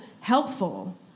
helpful